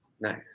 nice